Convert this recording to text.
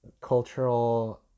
cultural